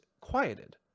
quieted